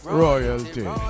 royalty